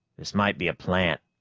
this might be a plant,